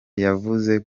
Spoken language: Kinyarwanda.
yavuze